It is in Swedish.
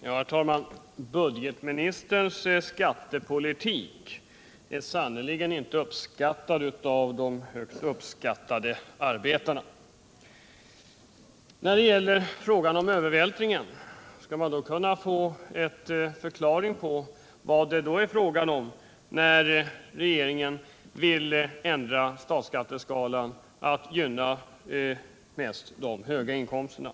Herr talman! Budgetministerns skattepolitik är sannerligen inte uppskattad av de högt uppskattade arbetarna. Om det som budgetministern säger inte är fråga om någon övervältring av skattetrycket på de arbetande, då skulle jag vilja ha en förklaring Den ekonomiska på vad det i så fall är fråga om, när regeringen vill ändra statsskatteskalan politiken m.m. så att den mest gynnar höginkomsttagarna.